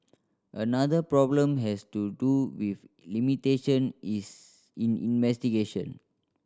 another problem has to do with limitation is in investigation